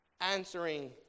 answering